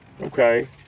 Okay